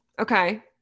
okay